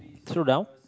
slow down